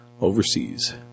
overseas